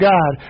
God